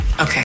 Okay